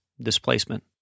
displacement